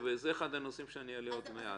אחד הנושאים שאני אעלה עוד מעט.